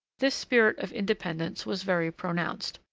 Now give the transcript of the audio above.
this spirit of independence was very pronounced.